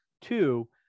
two